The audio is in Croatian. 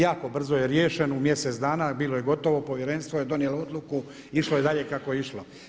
Jako brzo je riješen u mjesec dana, bilo je gotovo, povjerenstvo je donijelo odluku i išlo je dalje kako je išlo.